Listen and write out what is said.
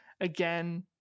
again